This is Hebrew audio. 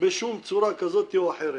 בשום צורה כזאת או אחרת.